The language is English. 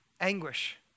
anguish